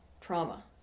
trauma